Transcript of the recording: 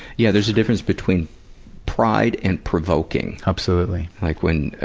yeah, there's a difference between pride and provoking. absolutely. like when, ah,